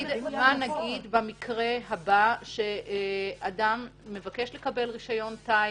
מה נגיד במקרה הבא שאדם מבקש לקבל רישיון טיס